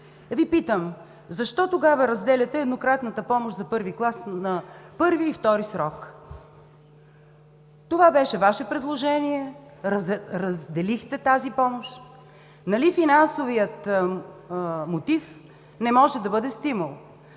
Ви питам: защо тогава разделяте еднократната помощ за I клас на първи и втори срок? Това беше Ваше предложение – разделихте тази помощ. Нали финансовият мотив не може да бъде стимул,